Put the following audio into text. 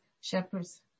shepherds